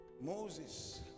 Moses